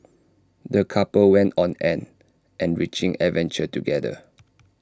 the couple went on an enriching adventure together